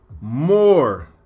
more